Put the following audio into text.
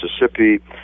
Mississippi